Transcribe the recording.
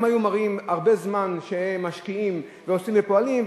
היו מראים הרבה זמן שהם משקיעים ועושים ופועלים,